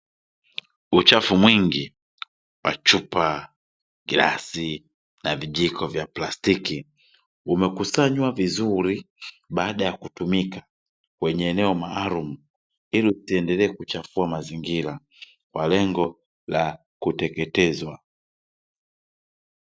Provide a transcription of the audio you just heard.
Uchafu mwingi wa chupa, gilasi na vijiko vya plastiki umekusanywa vizuri baada ya kutumika kwenye eneo maalumu ili isiendelee kuchafua mazingira kwa lengo la kuteketezwa.